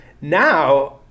now